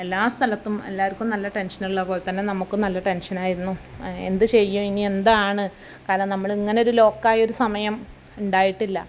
എല്ലാ സ്ഥലത്തും എല്ലാവർക്കും നല്ല ടെൻഷനുള്ള പോലെതന്നെ നമുക്കും നല്ല ടെൻഷനായിരുന്നു എന്ത് ചെയ്യും ഇനി എന്താണ് കാരണം നമ്മൾ ഇങ്ങനെ ഒരു ലോക്കായൊരു സമയം ഉണ്ടായിട്ടില്ല